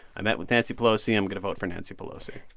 i met with nancy pelosi i'm going to vote for nancy pelosi.